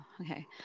Okay